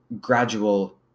gradual